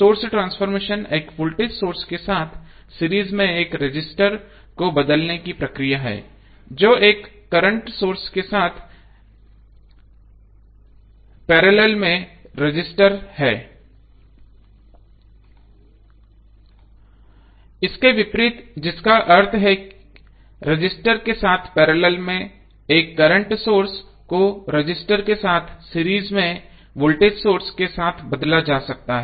source transformation एक voltage source के साथ सीरीज में एक रजिस्टर को बदलने की प्रक्रिया है जो एक करंट सोर्स के साथ एक रजिस्टर पैरेलल में है या इसके विपरीत हो सकता है जिसका अर्थ है रजिस्टर के साथ पैरेलल में एक करंट सोर्स को रजिस्टर के साथ सीरीज में वोल्टेज सोर्स के साथ बदला जा सकता है